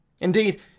Indeed